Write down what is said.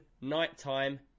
nighttime